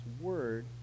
word